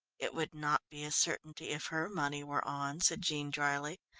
it would not be a certainty if her money were on, said jean dryly.